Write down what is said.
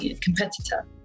competitor